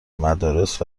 مدارس